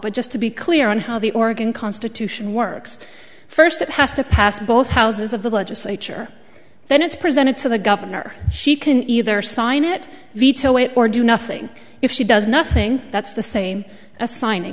but just to be clear on how the oregon constitution works first it has to pass both houses of the legislature then it's presented to the governor she can either sign it veto it or do nothing if she does nothing that's the same as signing